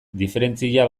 diferentzia